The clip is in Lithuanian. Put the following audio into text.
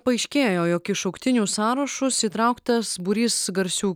paaiškėjo jog į šauktinių sąrašus įtrauktas būrys garsių